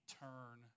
turn